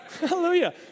Hallelujah